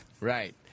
Right